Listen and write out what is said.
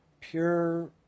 pure